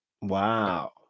wow